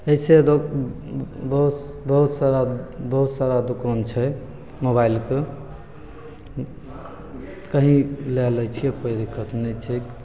अइसे दो बहुत बहुत सारा बहुत सारा दोकान छै मोबाइलके कहीँ लै लै छिए पढ़िके अपने छै